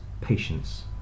patience